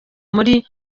muri